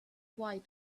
quite